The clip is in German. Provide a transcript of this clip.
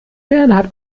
bernhard